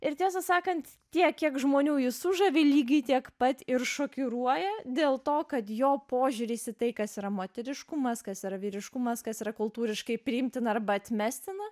ir tiesą sakant tiek kiek žmonių ji sužavi lygiai tiek pat ir šokiruoja dėl to kad jo požiūris į tai kas yra moteriškumas kas yra vyriškumas kas yra kultūriškai priimtina arba atmestina